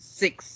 six